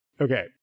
Okay